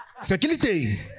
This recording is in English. Security